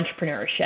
entrepreneurship